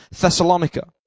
Thessalonica